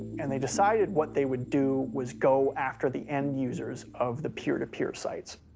and they decided what they would do, was go after the end users of the peer-to-peer sites.